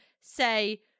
say